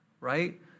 right